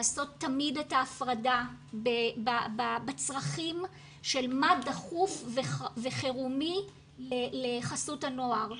לעשות תמיד את ההפרדה בצרכים של מה דחוף וחירומי לחסות הנוער.